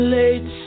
late